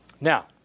Now